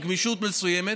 עם גמישות מסוימת.